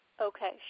Okay